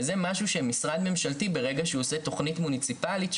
וזה משהו שמשרד ממשלתי ברגע שהוא עושה תכנית מוניציפאלית,